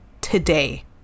today